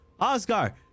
oscar